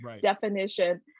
definition